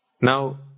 Now